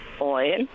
Oil